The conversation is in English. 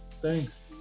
Thanks